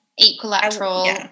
Equilateral